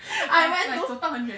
I went to